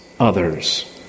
Others